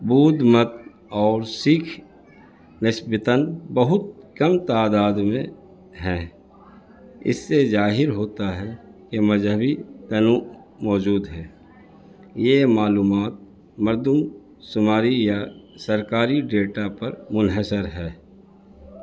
بودھ مت اور سکھ نسبتاً بہت کم تعداد میں ہیں اس سے ظاہر ہوتا ہے کہ مذہبی تنوع موجود ہے یہ معلومات مردم شماری یا سرکاری ڈیٹا پر منحصر ہے